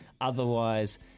otherwise